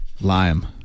Lime